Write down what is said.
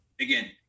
again